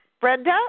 Brenda